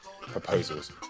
proposals